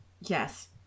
Yes